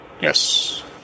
Yes